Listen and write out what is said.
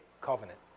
covenant